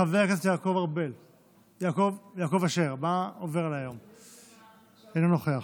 חבר הכנסת יעקב אשר, אינו נוכח,